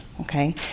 okay